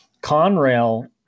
Conrail